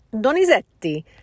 Donizetti